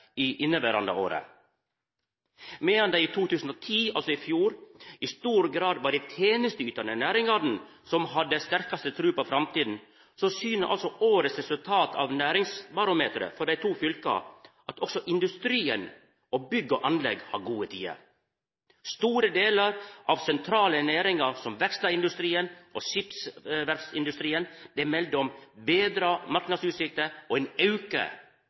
det inneverande året. Medan det i 2010, altså i fjor, i stor grad var dei tenesteytande næringane som hadde sterkast tru på framtida, syner årets resultat av Næringsbarometeret for dei to fylka at også industrien og bygg og anlegg har gode tider. Store delar av sentrale næringar som verkstadindustrien og skipsverftsindustrien melder om betra marknadsutsikter og ein auke